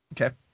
Okay